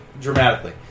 Dramatically